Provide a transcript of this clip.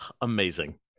Amazing